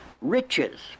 riches